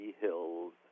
hills